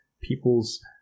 people's